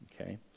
Okay